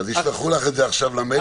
אז ישלחו לך את זה עכשיו למייל,